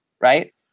right